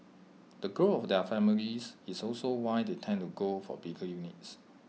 the growth of their families is also why they tend to go for bigger units